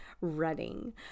running